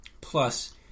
Plus